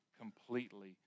completely